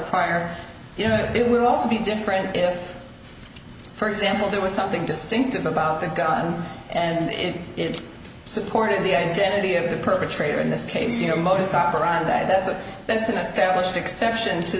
fire you know it would also be different if for example there was something distinctive about that guy and it supported the identity of the perpetrator in this case you know modus operandi that's a that's an established exception to